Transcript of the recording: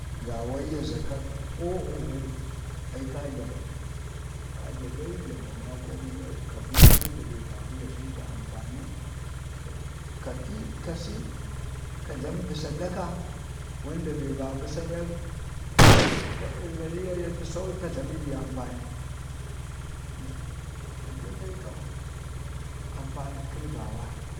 gawaiyya za kak ohohoo ai kaja bal. kaja dai ja va makoo mama ka bi ba bə bebee ya tləmdə ampani kə kati kasi, ka tlamdo sadaka wanda be ba bə sanaƙ laira ya tasau, ta tlami gi ampan tagwda dai kan ampanit kəji gawa. to Alhamdulillah,